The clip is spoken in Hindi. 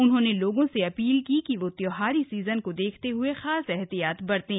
उन्होंने लोगों से अपील की कि वह त्योहारी सीजन को देखते ह्ए खास एहतियात बरतें